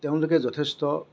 তেওঁলোকে যথেষ্ট